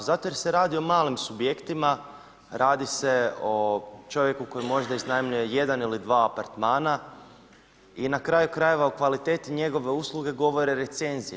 Zato jer se radi o malim subjektima, radi se o čovjeku koji možda iznajmljuje jedan ili dva apartmana i na kraju-krajeva o kvaliteti njegove usluge govore recenzije.